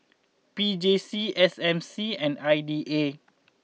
P J C S M C and I D A